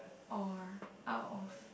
or out of